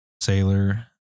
Sailor